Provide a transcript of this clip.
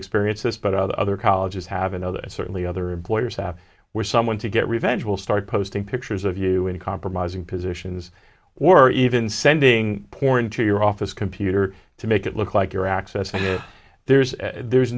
experienced this but other colleges have another certainly other employers have where someone to get revenge will start posting pictures of you in compromising positions were even sending porn to your office computer to make it look like you're accessing there's there's